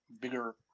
Bigger